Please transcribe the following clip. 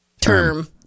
Term